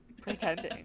pretending